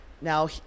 Now